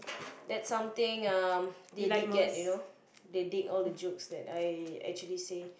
that's something um they did get you know they dig all the jokes that I actually say